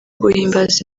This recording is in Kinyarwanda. guhimbaza